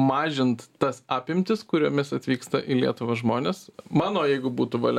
mažint tas apimtis kuriomis atvyksta į lietuvą žmonės mano jeigu būtų valia